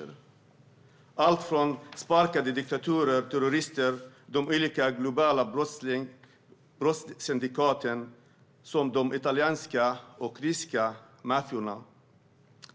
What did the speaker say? Det rör sig om allt från sparkade diktatorer, terrorister och olika globala brottssyndikat, som italiensk och rysk maffia,